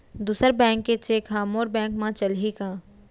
दूसर बैंक के चेक ह मोर बैंक म चलही का?